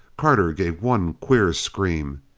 carter gave one queer scream.